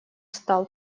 стал